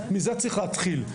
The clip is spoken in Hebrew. מזה צריך להתחיל.